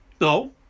no